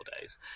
days